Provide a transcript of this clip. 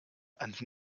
and